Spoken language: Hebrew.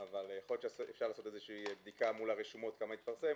יכול להיות שאפשר לעשות בדיקה מול הרשומות כמה התפרסם.